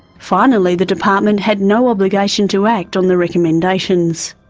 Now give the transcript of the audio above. finally the department had no obligation to act on the recommendations.